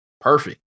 perfect